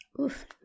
oof